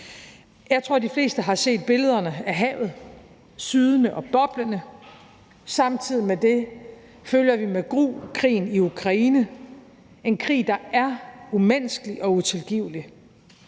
Jeg tror, de fleste har set billederne af havet, sydende og boblende. Samtidig med det følger vi med gru krigen i Ukraine, en krig, der er umenneskelig og utilgivelig.